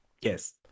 yes